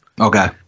Okay